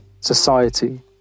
society